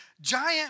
giant